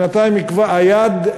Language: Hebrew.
בינתיים כבר היד,